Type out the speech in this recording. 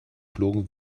flogen